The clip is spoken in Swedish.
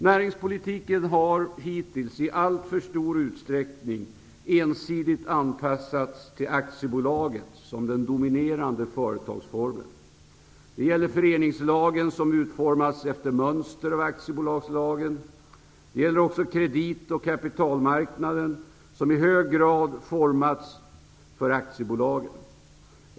Näringspolitiken har hittills i allt för stor utsträckning ensidigt anpassats till aktiebolaget som den dominerande företagsformen. Det gäller föreningslagen som utformats efter mönster från aktiebolagslagen. Det gäller också kredit och kapitalmarknaden som i hög grad formats för aktiebolagen.